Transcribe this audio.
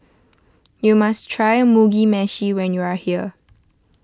you must try Mugi Meshi when you are here